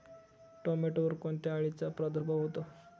टोमॅटोवर कोणत्या अळीचा प्रादुर्भाव होतो?